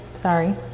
sorry